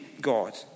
God